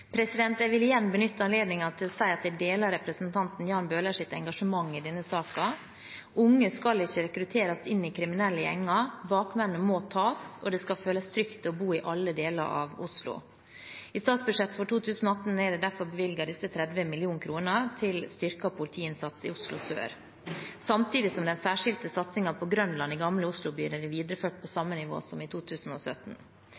Jeg vil igjen benytte anledningen til å si at jeg deler representanten Jan Bøhlers engasjement i denne saken. Unge skal ikke rekrutteres inn i kriminelle gjenger, bakmennene må tas, og det skal føles trygt å bo i alle deler av Oslo. I statsbudsjettet for 2018 er det derfor bevilget 30 mill. kr til en styrket politiinnsats i Oslo Sør, samtidig som den særskilte satsingen på Grønland i Gamle Oslo bydel er videreført på